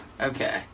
Okay